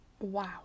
Wow